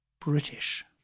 British